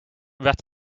werd